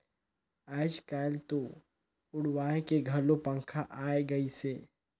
आयज कायल तो उड़वाए के घलो पंखा आये गइस हे